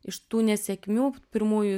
iš tų nesėkmių pirmųjų